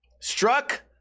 struck